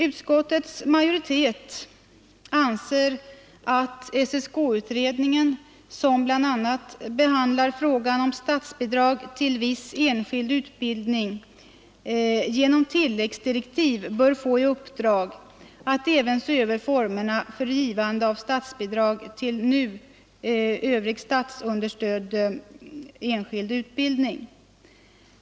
Utskottets majoritet anser att SSK-utredningen, som bl.a. behandlar frågan om statsbidrag till viss enskild utbildning, genom tilläggsdirektiv bör få i uppdrag att även se över formerna för givande av statsbidrag till övrig nu statsunderstödd enskild utbildning.